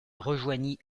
rejoignit